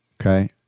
Okay